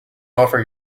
offer